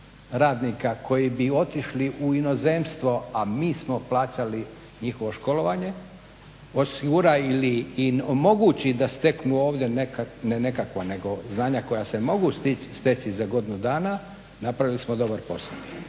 radnika koji bi otišli u inozemstvo, a mi smo plaćali njihovo školovanje, osigura ili omogući da steknu nekakva, ne nekakva nego znanja koja se mogu steći za godinu dana napravili smo dobar posao.